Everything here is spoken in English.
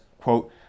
quote